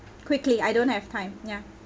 quickly I don't have time ya